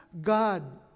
God